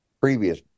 previous